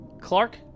Clark